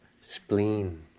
spleen